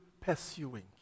pursuing